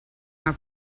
our